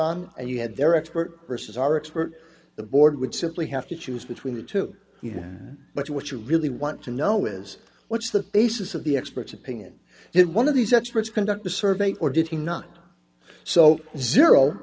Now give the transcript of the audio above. on and you had their expert versus our expert the board would simply have to choose between the two you know but what you really want to know is what's the basis of the expert's opinion in one of these experts conduct the survey or did he not so